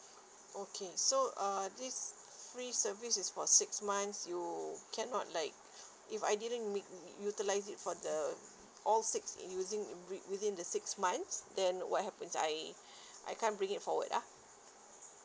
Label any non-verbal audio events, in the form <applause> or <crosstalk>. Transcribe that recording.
okay so uh this free service is for six months you can not like if I didn't make utilize it for the all six using within the six months then what happens I <breath> I can't bring it forward lah